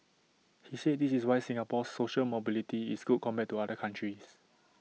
he said this is why Singapore's social mobility is good compared to other countries